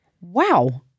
Wow